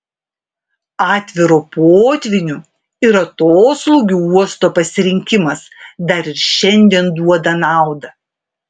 atviro potvynių ir atoslūgių uosto pasirinkimas dar ir šiandien duoda naudą